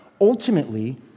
Ultimately